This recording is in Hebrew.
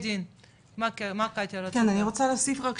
אני רק רוצה להוסיף רק,